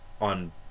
on